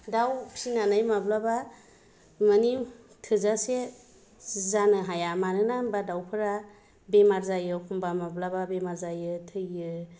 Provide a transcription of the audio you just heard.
दाउ फिनानै माब्लाबा माने थोजासे जानो हाया मानोना होनबा दाउफ्रा बेमार जायो एखम्बा माब्लाबा बेमार जायो थैयो